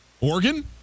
Oregon